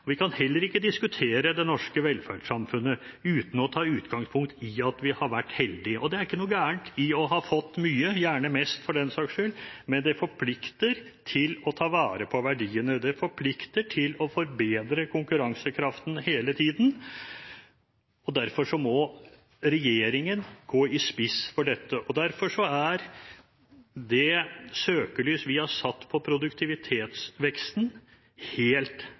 Vi kan heller ikke diskutere det norske velferdssamfunnet uten å ta utgangspunkt i at vi har vært heldige. Det er ikke noe galt i å ha fått mye, gjerne mest for den saks skyld, men det forplikter oss til å ta vare på verdiene, det forplikter til å forbedre konkurransekraften hele tiden. Derfor må regjeringen gå i spissen for dette., og derfor er det søkelyset vi har satt på produktivitetsveksten, helt